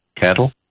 cattle